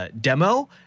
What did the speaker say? demo